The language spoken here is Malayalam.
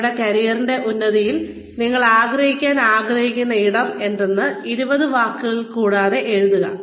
നിങ്ങളുടെ കരിയറിന്റെ ഉന്നതിയിൽ നിങ്ങൾ ആയിരിക്കാൻ ആഗ്രഹിക്കുന്ന ഇടം ഏതെന്ന് 20 വാക്കുകളിൽ കൂടാതെ എഴുതുക